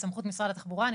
בסמכות משרד התחבורה.